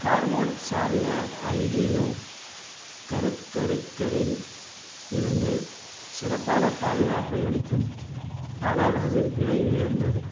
hormone சார்ந்த IUD கருத்தரித்தலில் இருந்து சிறப்பான பாதுகாப்பை அளிக்கும் ஆனால் அது விலையுயர்ந்தது